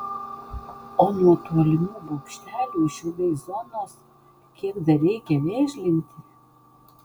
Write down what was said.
o nuo tolimų bokštelių išilgai zonos kiek dar reikia vėžlinti